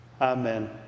Amen